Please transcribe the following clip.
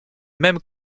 même